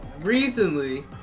Recently